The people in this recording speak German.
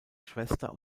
schwester